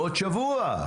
בעוד שבוע,